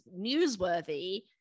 newsworthy